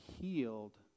healed